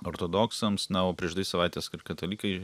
ortodoksams na o prieš dvi savaites ir katalikai